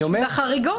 בשביל החריגות.